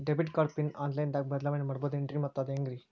Debit card pin online ದಾಗ ಬದಲಾವಣೆ ಮಾಡಬಹುದೇನ್ರಿ ಮತ್ತು ಅದು ಹೆಂಗ್ರಿ?